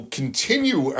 continue